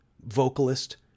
vocalist